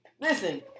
Listen